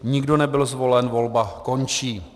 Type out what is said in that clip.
Nikdo nebyl zvolen, volba končí.